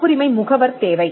காப்புரிமை முகவர் தேவை